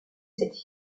cette